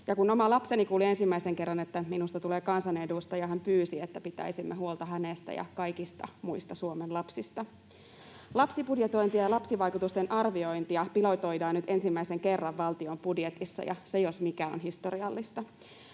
kun oma lapseni kuuli ensimmäisen kerran, että minusta tulee kansanedustaja, hän pyysi, että pitäisimme huolta hänestä ja kaikista muista Suomen lapsista. Lapsibudjetointia ja lapsivaikutusten arviointia pilotoidaan nyt ensimmäisen kerran valtion budjetissa, ja se jos mikä on historiallista.